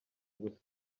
gusa